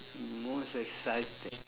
most exciting